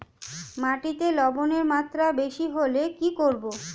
মাটিতে লবণের মাত্রা বেশি হলে কি করব?